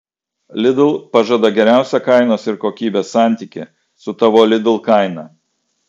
lidl pažada geriausią kainos ir kokybės santykį su tavo lidl kaina